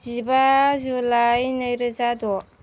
जिबा जुलाइ नै रोजा द'